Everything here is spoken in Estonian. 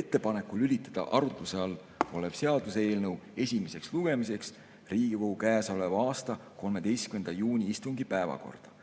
ettepaneku lülitada arutluse all olev seaduseelnõu esimeseks lugemiseks Riigikogu käesoleva aasta 13. juuni istungi päevakorda